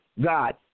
God